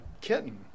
kitten